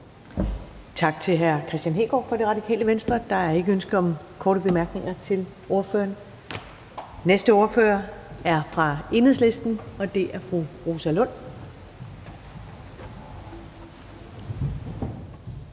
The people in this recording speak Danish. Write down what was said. Tak til hr. Kristian Hegaard fra Det Radikale Venstre. Der er ikke ønske om korte bemærkninger. Næste ordfører er fra Enhedslisten, og det er fru Rosa Lund.